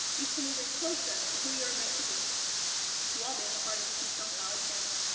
you've come even closer to who you are meant to be while being a part of the keystone college family.